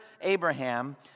Abraham